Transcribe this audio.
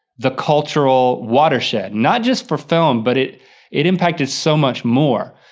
the cultural watershed, not just for film, but it it impacted so much more,